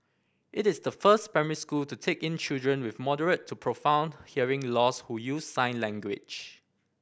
it is the first primary school to take in children with moderate to profound hearing loss who use sign language